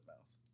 mouth